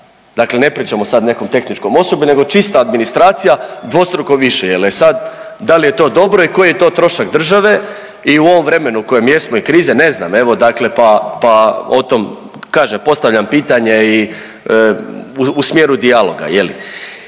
dakle ne pričamo sad o nekom tehničkom osoblju nego čista administracija, dvostruko više, jel je sad, dal je to dobro i koji je to trošak države i u ovom vremenu u kojem jesmo i krize, ne znam evo dakle pa, pa o tom kažem postavljam pitanje i u smjeru dijaloga